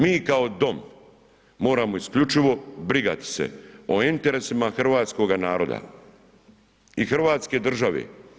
Mi kao dom moramo isključivo brigati se o interesima hrvatskoga naroda i Hrvatske države.